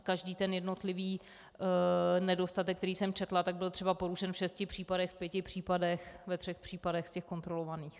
Každý jednotlivý nedostatek, který jsem četla, tak byl třeba porušen v šesti případech, v pěti případech, ve třech případech z kontrolovaných.